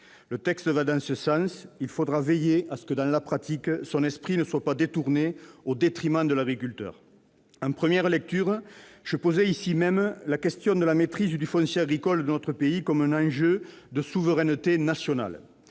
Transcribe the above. Le texte va dans ce sens. Il faudra veiller à ce que son esprit ne soit pas détourné en pratique au détriment de l'agriculteur. En première lecture, j'avais posé la question de la maîtrise du foncier agricole de notre pays comme un enjeu de souveraineté nationale.